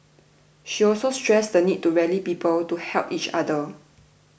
she also stressed the need to rally people to help each other